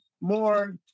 more